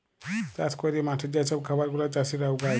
চাষ ক্যইরে মাঠে যে ছব খাবার গুলা চাষীরা উগায়